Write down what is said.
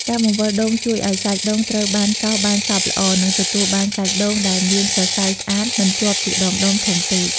ការបង្វិលដូងជួយឱ្យសាច់ដូងត្រូវបានកោសបានសព្វល្អ និងទទួលបានសាច់ដូងដែលមានសរសៃស្អាតមិនជាប់ជាដុំៗធំពេក។